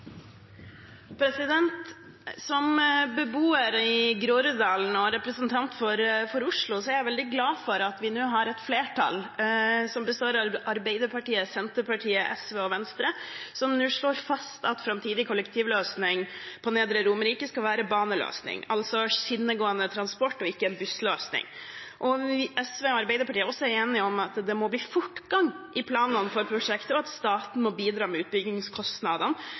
jeg veldig glad for at vi nå har et flertall, som består av Arbeiderpartiet, Senterpartiet, SV og Venstre, som nå slår fast at framtidig kollektivløsning på Nedre Romerike skal være en baneløsning, altså skinnegående transport, og ikke en bussløsning. SV og Arbeiderpartiet er også enige om at det må bli fortgang i planene for prosjektet, og at staten må bidra når det gjelder utbyggingskostnadene,